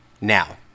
now